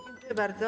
Dziękuję bardzo.